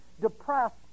depressed